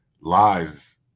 lies